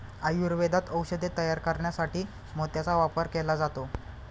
आयुर्वेदात औषधे तयार करण्यासाठी मोत्याचा वापर केला जातो